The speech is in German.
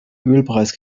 ölpreis